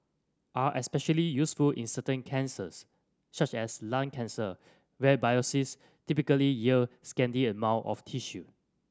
are especially useful in certain cancers such as lung cancer where typically yield scanty amount of tissue